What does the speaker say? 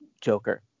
Joker